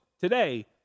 today